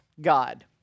God